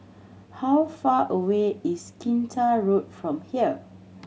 how far away is Kinta Road from here